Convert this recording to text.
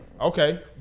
Okay